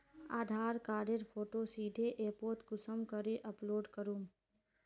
आधार कार्डेर फोटो सीधे ऐपोत कुंसम करे अपलोड करूम?